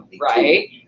right